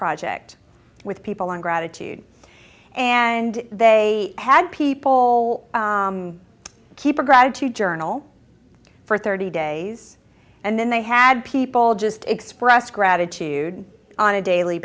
project with people in gratitude and they had people keep a gratitude journal for thirty days and then they had people just express gratitude on a daily